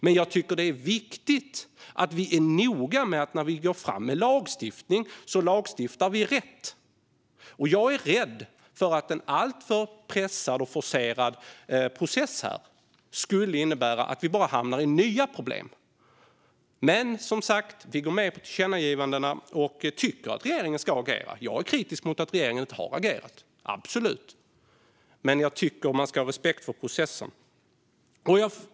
Men jag tycker att det är viktigt att vi är noga med att när vi går fram med lagstiftning så lagstiftar vi rätt. Jag är rädd för att en alltför pressad och forcerad process skulle innebära att vi bara hamnar i nya problem. Men vi går med på tillkännagivandena och tycker att regeringen ska agera. Jag är kritisk mot att regeringen inte har agerat, absolut. Men jag tycker att man ska ha respekt för processen.